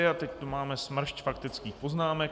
A teď tu máme smršť faktických poznámek.